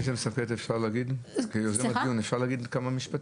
לפני שאת מסכמת את הדיון אפשר להגיד כמה משפטים?